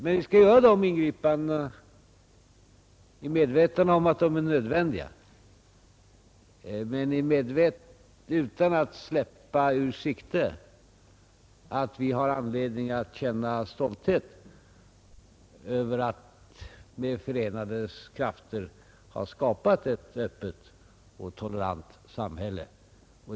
Men vi skall göra de ingripandena i medvetande om att de är nödvändiga, dock utan att släppa ur sikte att vi har anledning att känna stolthet över att med förenade krafter ha skapat ett öppet och tolerant samhälle.